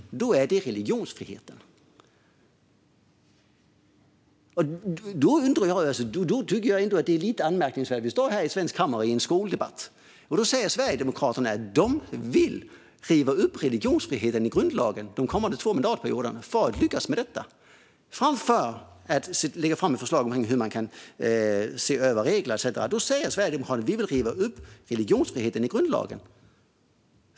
Hindret är religionsfriheten. Jag tycker att detta är anmärkningsvärt. Vi står här i Sveriges riksdags kammare i en skoldebatt. Då säger Sverigedemokraterna att de för att lyckas vill riva upp religionsfriheten i grundlagen de kommande två mandatperioderna i stället för att lägga fram förslag om hur man kan se över regler etcetera. Sverigedemokraterna säger: Vi vill riva upp religionsfriheten i grundlagen.